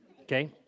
Okay